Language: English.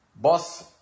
Boss